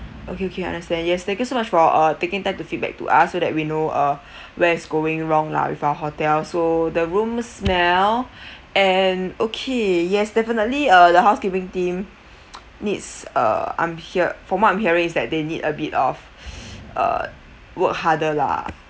okay okay understand yes thank you so much for uh taking time to feedback to us so that we know uh where is going wrong lah with our hotel so the rooms now and okay yes definitely uh the housekeeping team needs uh I'm hear from what I'm hearing is that they need a bit of uh work harder lah